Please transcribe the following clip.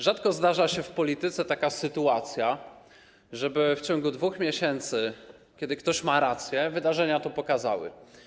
Rzadko zdarza się w polityce taka sytuacja, żeby w ciągu 2 miesięcy, kiedy ktoś ma rację, wydarzenia to pokazały.